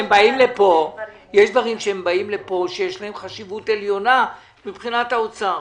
יש דברים שבאים לפה שיש להם חשיבות עליונה מבחינת האוצר.